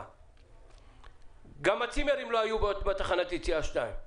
4. גם הצימרים לא היו בתחנת יציאה 2,